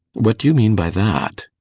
what do you mean by that?